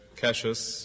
Cassius